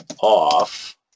off